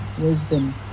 wisdom